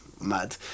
mad